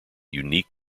unique